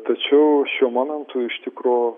tačiau šiuo momentu iš tikro